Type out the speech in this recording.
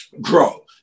grow